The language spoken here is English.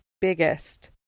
biggest